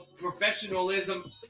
professionalism